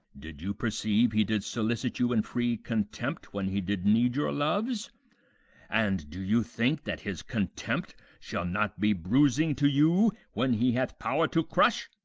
did you perceive he did solicit you in free contempt when he did need your loves and do you think that his contempt shall not be bruising to you when he hath power to crush?